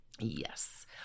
Yes